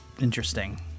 interesting